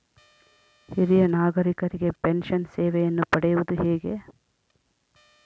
ಹಿರಿಯ ನಾಗರಿಕರಿಗೆ ಪೆನ್ಷನ್ ಸೇವೆಯನ್ನು ಪಡೆಯುವುದು ಹೇಗೆ?